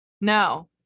No